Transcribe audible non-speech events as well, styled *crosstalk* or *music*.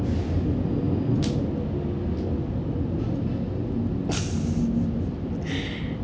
*laughs*